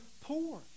poor